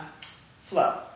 flow